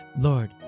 Lord